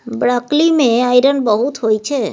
broccoli मे iron बहुत होइ छै